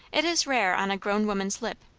it is rare on a grown woman's lip,